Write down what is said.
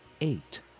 Eight